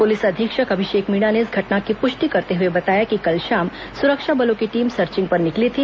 police अधीक्षक अभिषेक मीणा ने इस घटना की पुष्टि करते हुए बताया कि कल शाम सुरक्षा बलों की टीम सर्चिंग पर निकली थी